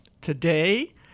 Today